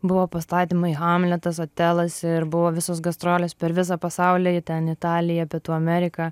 buvo pastatymai hamletas otelas ir buvo visos gastrolės per visą pasaulį italija pietų amerika